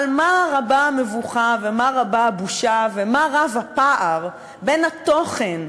אבל מה רבה המבוכה ומה רבה הבושה ומה רב הפער בין התוכן,